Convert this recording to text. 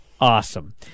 awesome